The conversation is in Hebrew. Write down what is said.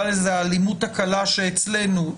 נקרא להן האלימות הקלה אצלנו,